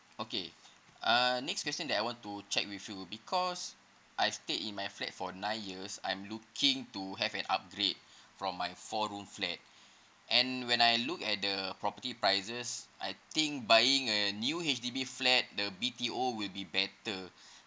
okay uh next question that I want to check with you because I stayed in my flat for nine years I'm looking to have an upgrade for my four room flat and when I look at the property prices I think buying a new H_D_B flat the B_T_O will be better